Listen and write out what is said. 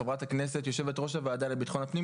חברת הכנסת ויושבת ראש הוועדה לביטחון הפנים